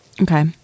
Okay